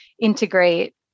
integrate